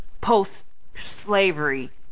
post-slavery